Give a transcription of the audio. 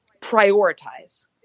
prioritize